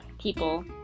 people